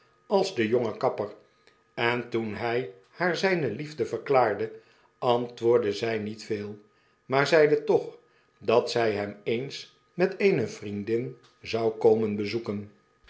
als de jonge kapper en toen hy haar zyne liefde verklaarde antwoordde zy niet veel maar zeide toch dat zij hem eens met eene vriendin zou komen bezoeken